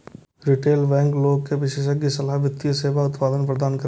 retail bank लोग कें विशेषज्ञ सलाह, वित्तीय सेवा आ उत्पाद प्रदान करै छै